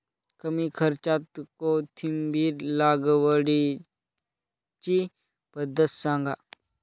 कमी खर्च्यात कोथिंबिर लागवडीची पद्धत सांगा